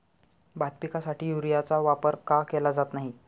भात पिकासाठी युरियाचा वापर का केला जात नाही?